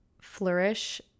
flourish